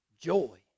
joy